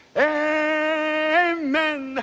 amen